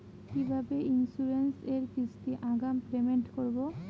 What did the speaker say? কিভাবে ইন্সুরেন্স এর কিস্তি আগাম পেমেন্ট করবো?